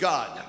God